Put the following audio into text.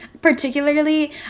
Particularly